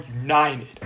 united